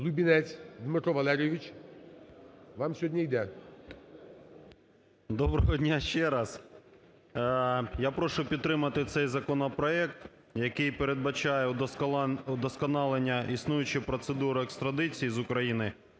Доброго дня, ще раз. Я прошу підтримати цей законопроект, який передбачає удосконалення існуючої процедури екстрадиції з України